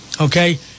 okay